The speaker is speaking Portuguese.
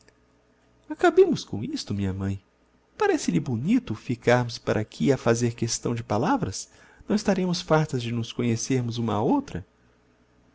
acabemos com isto minha mãe parece-lhe bonito ficarmos para aqui a fazer questão de palavras não estaremos fartas de nos conhecermos uma á outra